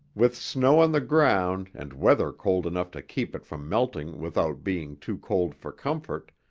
with snow on the ground and weather cold enough to keep it from melting without being too cold for comfort,